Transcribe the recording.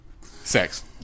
Sex